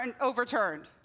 overturned